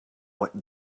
what